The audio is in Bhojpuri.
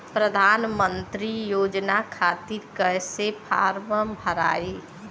प्रधानमंत्री योजना खातिर कैसे फार्म भराई?